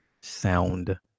sound